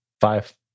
five